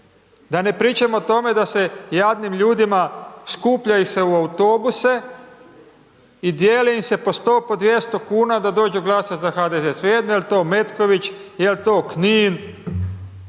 Da ne pričamo o tome da se jadnim ljudima, skuplja ih se u autobuse i dijeli im se po 100,00, po 200,00 kn da dođu glasat za HDZ, svejedno jel to Metković, jel to Knin